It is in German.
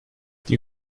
die